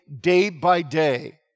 day-by-day